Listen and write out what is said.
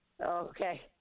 Okay